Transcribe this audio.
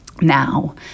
now